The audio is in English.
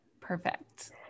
Perfect